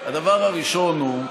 הדבר הראשון הוא,